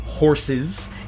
horses